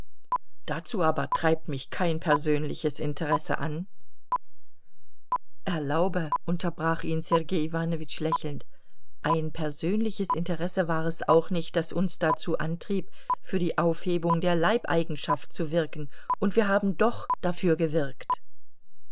dazu aber treibt mich kein persönliches interesse an erlaube unterbrach ihn sergei iwanowitsch lächelnd ein persönliches interesse war es auch nicht das uns dazu antrieb für die aufhebung der leibeigenschaft zu wirken und wir haben doch dafür gewirkt